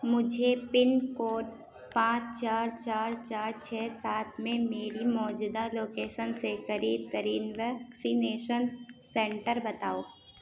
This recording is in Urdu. مجھے پن کوڈ پانچ چار چار چار چھ سات میں میری موجودہ لوکیشن سے قریب ترین ویکسینیشن سنٹر بتاؤ